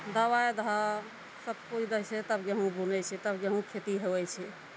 दवाइ दहऽ सबकिछु दै छै तब गेहूँ बुनै छै तब गेहूँके खेती होइ छै